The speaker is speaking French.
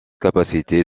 capacité